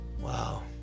wow